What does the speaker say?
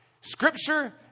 Scripture